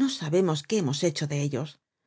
no sabemos qué hemos hecho de ellos